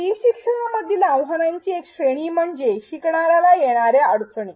E शिक्षणामधील आव्हानांची एक श्रेणी म्हणजे शिकणाऱ्याला येणाऱ्या अडचणी